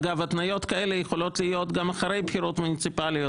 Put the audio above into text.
אגב התניות כאלה יכולות להיות גם אחרי בחירות מוניציפליות.